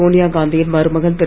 சோனியா காந்தியின் மருமகன் திரு